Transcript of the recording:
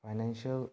financial